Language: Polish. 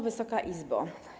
Wysoka Izbo!